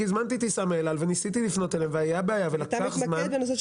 כי הזמנתי טיסה מאל-על וניסיתי לפנות אליהם והייתה בעיה ולקח זמן.